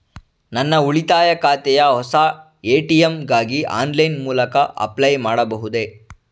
ನನ್ನ ಉಳಿತಾಯ ಖಾತೆಯ ಹೊಸ ಎ.ಟಿ.ಎಂ ಗಾಗಿ ಆನ್ಲೈನ್ ಮೂಲಕ ಅಪ್ಲೈ ಮಾಡಬಹುದೇ?